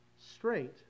straight